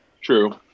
True